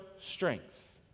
strength